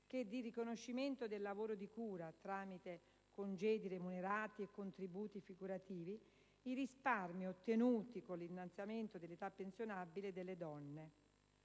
che di riconoscimento del lavoro di cura (tramite congedi remunerati e contributi figurativi) i risparmi ottenuti con l'innalzamento dell'età pensionabile delle donne.